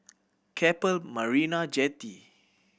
Keppel Marina Jetty